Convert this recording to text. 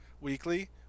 weekly